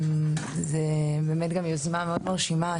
זו יוזמה מאוד מרשימה,